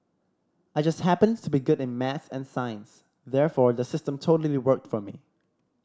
I just happened to be good in maths and sciences therefore the system totally worked for me